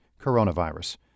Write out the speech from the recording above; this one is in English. coronavirus